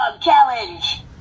challenge